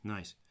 Nice